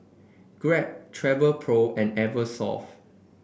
Grab Travelpro and Eversoft